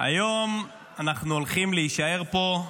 היום אנחנו הולכים להישאר פה,